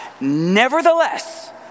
Nevertheless